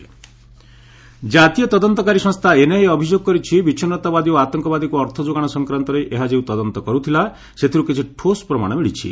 NIA JK ଜାତୀୟ ତଦନ୍ତକାରୀ ସଂସ୍ଥା ଏନ୍ଆଇଏ ଅଭିଯୋଗ କରିଛି ବିଚ୍ଛିନ୍ନତାବାଦୀ ଓ ଆତଙ୍କବାଦୀଙ୍କୁ ଅର୍ଥଯୋଗାଣ ସଂକ୍ରାନ୍ତରେ ଏହା ଯେଉଁ ତଦନ୍ତ କରୁଥିଲା ସେଥିରୁ କିଛି ଠୋସ୍ ପ୍ରମାଣ ମିଳିଛି